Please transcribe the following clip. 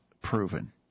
proven